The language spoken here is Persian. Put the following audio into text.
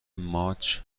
ماچ